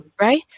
right